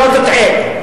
שלא תטעה,